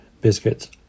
biscuits